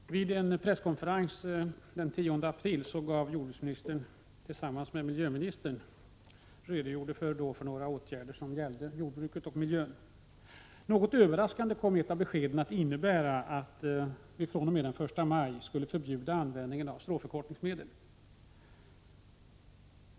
Herr talman! Vid en presskonferens den 10 april redogjorde jordbruksministern tillsammans med miljöministern för några åtgärder som gällde jordbruket och miljön. Något överraskande innebar ett av beskeden att man fr.o.m. den 1 maj skulle förbjuda användning av stråförkortningsmedel.